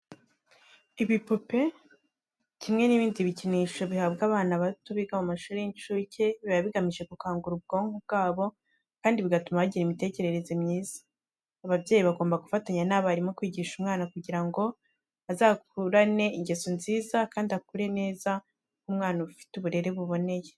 Ibipupe kimwe n'ibindi bikinisho bihabwa abana bato biga mu mashuri y'incuke biba bigamije gukangura ubwonko bwabo kandi bigatuma bagira imitekerereze myiza. Ababyeyi bagomba gufatanya n'abarimu kwigisha umwana kugira ngo azakurane ingeso nziza kandi akure neza nk'umwana ufite uburere buboneye.